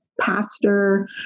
pastor